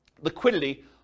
liquidity